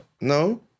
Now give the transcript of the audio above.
No